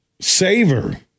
Savor